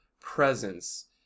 presence